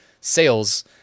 sales